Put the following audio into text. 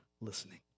listening